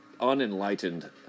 Unenlightened